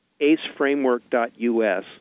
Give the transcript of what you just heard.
aceframework.us